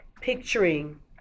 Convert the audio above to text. picturing